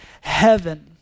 heaven